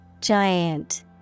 Giant